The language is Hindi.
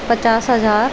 पचास हज़ार